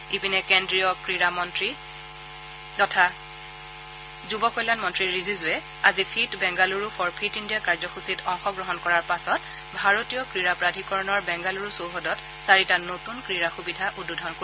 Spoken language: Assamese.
ইপিনে কেন্দ্ৰীয় ক্ৰীড়া তথা যুৱ কল্যাণ মন্ত্ৰী ৰিজিজুৱে আজি fit Bengaluru for fit India কাৰ্যসূচীত অংশগ্ৰহণ কৰাৰ পাছত ভাৰতীয় ক্ৰীড়া প্ৰাধিকৰণৰ বেংগালুৰু চৌহদত চাৰিটা নতুন ক্ৰীড়া সুবিধা উদ্বোধন কৰিব